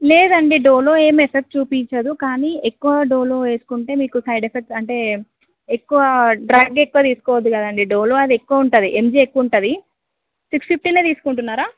లేదండి డోలో ఏం ఎఫెక్ట్ చూపించదు కానీ ఎక్కువ డోలో వేసుకుంటే మీకు సైడ్ ఎఫ్క్ట్స్ అంటే ఎక్కువ డ్రగ్ ఎక్కువ తీసుకోవద్దు కదండి డోలో అది ఎక్కువ ఎంజి ఎక్కువుంటుంది సిక్స్ ఫిఫ్టీనే తీసుకుంటున్నారా